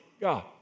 God